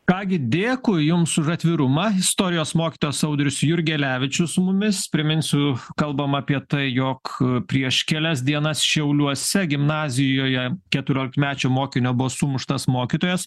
ką gi dėkui jums už atvirumą istorijos mokytojas audrius jurgelevičius su mumis priminsiu kalbam apie tai jog prieš kelias dienas šiauliuose gimnazijoje keturiolikmečio mokinio buvo sumuštas mokytojas